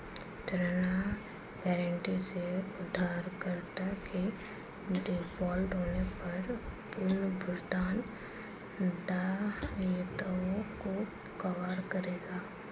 ऋण गारंटी से उधारकर्ता के डिफ़ॉल्ट होने पर पुनर्भुगतान दायित्वों को कवर करेगा